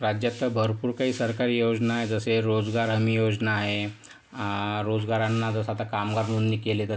राज्यात भरपूर काही सरकारी योजना आहे जसे रोजगार हमी योजना आहे रोजगारांना जसं आता कामगार नोंदणी केली तर